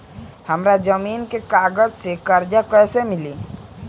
हमरा जमीन के कागज से कर्जा कैसे मिली?